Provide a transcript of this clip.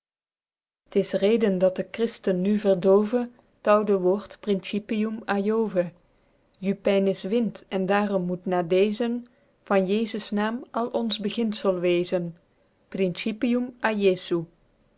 t is reden dat de christen nu verdoove het oude woord principium a jove jupyn is wind en daarom moet na dezen van jesus naam al ons beginsel wezen principium a